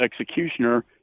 executioner